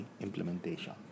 implementation